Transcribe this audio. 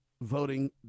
voting